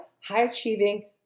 high-achieving